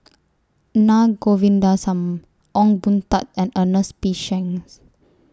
Na Govindasamy Ong Boon Tat and Ernest P Shanks